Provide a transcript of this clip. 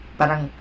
parang